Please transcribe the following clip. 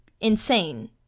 insane